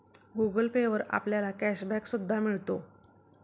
Google pay वर आपल्याला cash back सुद्धा मिळतो